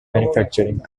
manufacturing